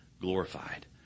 glorified